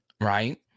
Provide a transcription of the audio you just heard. right